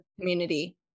community